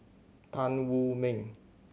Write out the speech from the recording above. Tan Wu Meng